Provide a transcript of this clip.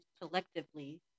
collectively